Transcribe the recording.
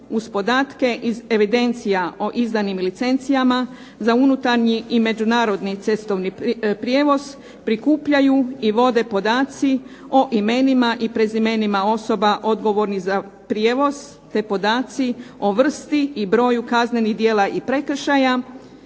uz podatke iz evidencija o izdanim licencijama za unutarnji i međunarodni cestovni prijevoz prikupljaju i vode podaci o imenima i prezimenima osoba odgovornih za prijevoz, te podaci o vrsti i broju kaznenih djela i prekršaja